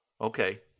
Okay